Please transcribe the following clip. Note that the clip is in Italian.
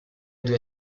due